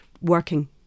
working